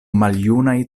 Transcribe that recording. maljunaj